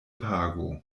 pago